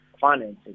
financing